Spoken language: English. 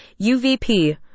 UVP